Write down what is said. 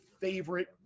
favorite